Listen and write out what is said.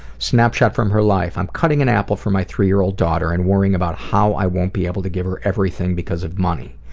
snapshot from her life, i'm cutting an apple for my three-year-old daughter and worrying about how i won't be able to give her everything because of money,